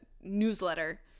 newsletter